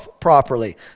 properly